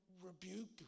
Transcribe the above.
rebuke